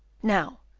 now,